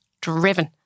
driven